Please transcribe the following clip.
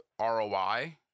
ROI